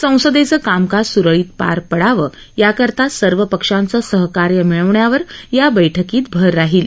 संसदेचं कामकाज स्रळीत पार पडावं याकरता सर्व पक्षांचं सहकार्य मिळवण्यावर या बैठकीत भर राहील